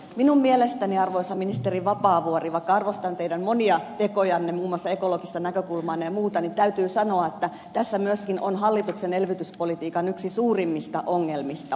minun mielestäni arvoisa ministeri vapaavuori vaikka arvostan teidän monia tekojanne muun muassa ekologista näkökulmaanne ja muuta täytyy sanoa että tässä myöskin on hallituksen elvytyspolitiikan yksi suurimmista ongelmista